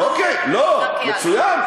טוב, אוקיי, מצוין.